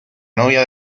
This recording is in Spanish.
novia